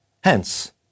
Hence